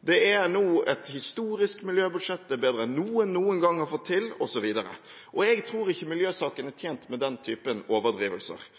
Det er nå et historisk miljøbudsjett, det er bedre enn det noen noen gang har fått til osv. Jeg tror ikke miljøsaken er tjent med den typen overdrivelser.